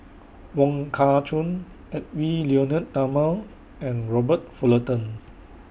Wong Kah Chun Edwy Lyonet Talma and Robert Fullerton